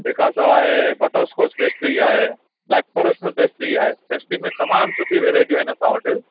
तंहिंखां सवाइ butterscotch pastry आहे ब्लैकफ़ॉरेस्ट में पेस्ट्री आहे पेस्ट्री में तमामु सुठी वैरायटियूं आहिनि असां वटि